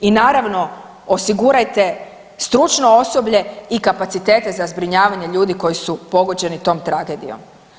I naravno osigurajte stručno osoblje i kapacitete za zbrinjavanje ljudi koji su pogođeni tom tragedijom.